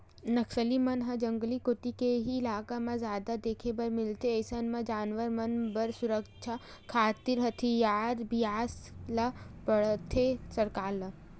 नक्सली मन ह जंगल कोती के ही इलाका म जादा देखे बर मिलथे अइसन म जवान मन बर सुरक्छा खातिर हथियार बिसाय ल परथे सरकार ल